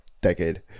decade